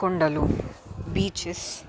కొండలు బీచెస్